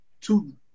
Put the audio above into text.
two